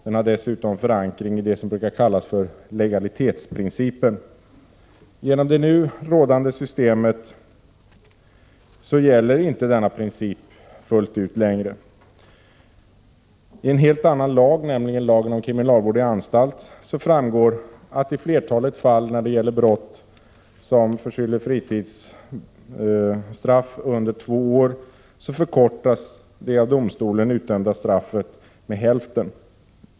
Den har dessutom förankring i vad som brukar kallas legalitetsprincipen. Genom det nu rådande systemet gäller inte denna princip fullt ut längre. Av en helt annan lag — lagen om kriminalvård i anstalt — framgår att i flertalet fall när det gäller brott som förskyller frihetsstraff under två år förkortas det av domstolen utdömda straffet med hälften.